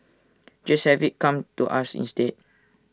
just have IT come to us instead